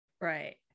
Right